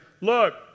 Look